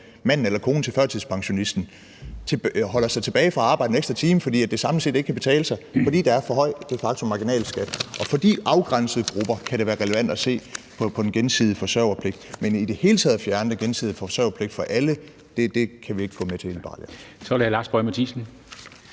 manden eller konen til førtidspensionisten holder sig tilbage for at arbejde en ekstra time, fordi det samlet set ikke kan betale sig, fordi der er for høj de facto marginalskat, og for de afgrænsede grupper kan det være relevant at se på den gensidige forsørgerpligt. Men i det hele taget at fjerne den gensidige forsørgerpligt for alle kan vi ikke gå med til i Liberal Alliance.